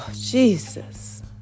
Jesus